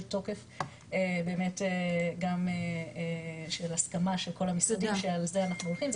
תוקף באמת גם של הסכמה של כל המשרדים ושעל זה שאנחנו הולכים,